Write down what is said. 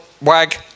wag